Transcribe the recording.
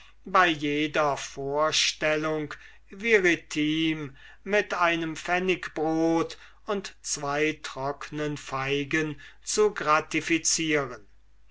bei jeder vorstellung viritim mit einem pfennigbrot und zwo trocknen feigen zu gratificieren